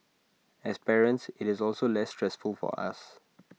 as parents IT is also less stressful for us